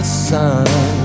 sun